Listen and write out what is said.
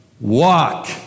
walk